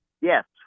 Yes